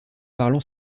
parlant